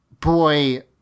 Boy